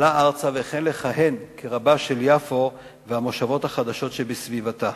עלה ארצה והחל לכהן כרבן של יפו והמושבות החדשות שבסביבתה.